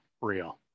real